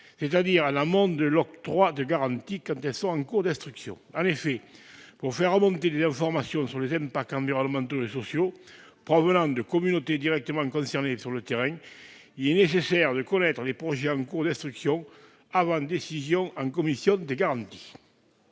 c'est-à-dire en amont de l'octroi des garanties, quand elles sont en cours d'instruction. En effet, pour faire remonter des informations sur les impacts environnementaux et sociaux depuis les communautés directement concernées, il est nécessaire de connaître les projets en cours d'instruction avant qu'une décision soit prise par la commission des garanties.